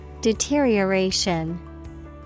Deterioration